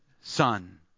Son